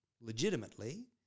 legitimately